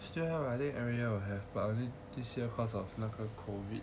still have ah I think every year will have but only this year cause of 那个 COVID